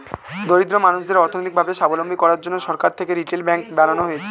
দরিদ্র মানুষদের অর্থনৈতিক ভাবে সাবলম্বী করার জন্যে সরকার থেকে রিটেল ব্যাঙ্ক বানানো হয়েছে